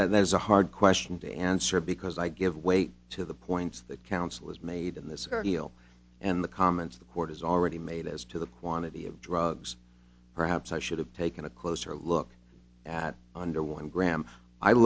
that that is a hard question to answer because i give weight to the points that counsel has made in this our deal and the comments the court has already made as to the quantity of drugs perhaps i should have taken a closer look at under one gram i